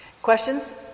Questions